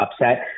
upset